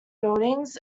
buildings